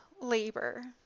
labor